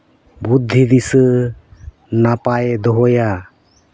ᱵᱩᱫᱽᱫᱷᱤᱼᱫᱤᱥᱟᱹ ᱱᱟᱯᱟᱭᱮ ᱫᱚᱦᱚᱭᱟ